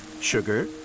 sugar